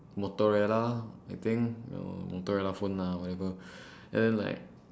motorola I think no motorola phone lah whatever and then like